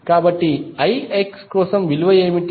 కాబట్టి IX కోసం విలువ ఏమిటి